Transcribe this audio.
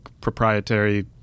proprietary